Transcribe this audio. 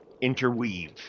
interweave